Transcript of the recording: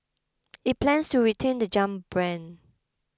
it plans to retain the Jump brand